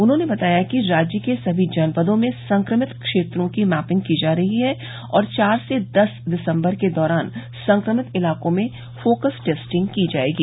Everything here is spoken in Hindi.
उन्होंने बताया कि राज्य के सभी जनपदों में संक्रिमित क्षेत्रों की मैपिंग की जा रही है और चार से दस दिसम्बर के दौरान संक्रमित इलाकों में फोकस टेस्टिंग की जायेगी